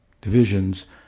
divisions